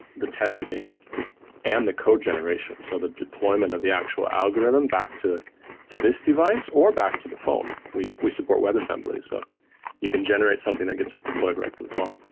the testing and the code generation. so the deployment of the actual algorithm back to to this device or back to the phone, we we support web assemblies. ah you can generate something that gets deployed right through the phone.